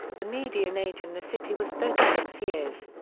the median age in the city was thirty six years.